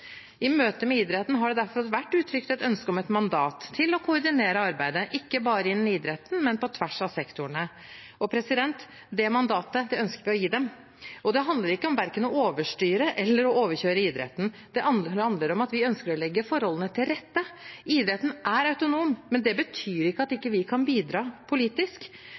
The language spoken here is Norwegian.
I møter med idretten har det derfor vært uttrykt et ønske om et mandat til å koordinere arbeidet, ikke bare innen idretten, men på tvers av sektorene. Det mandatet ønsker vi å gi dem. Det handler ikke om verken å overstyre eller å overkjøre idretten. Det handler om at vi ønsker å legge forholdene til rette. Idretten er autonom, men det betyr ikke at vi ikke kan bidra politisk.